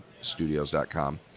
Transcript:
studios.com